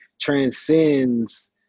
transcends